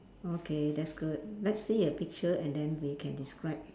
okay that's good let's see a picture and then we can describe